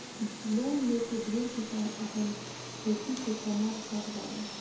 loan लेके ढेरे किसान आपन खेती से कामात खात बाड़े